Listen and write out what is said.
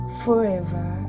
forever